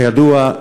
כידוע,